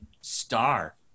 star